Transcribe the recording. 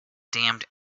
damned